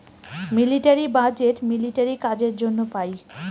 military budget military কাজের জন্য পাই